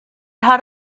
had